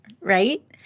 right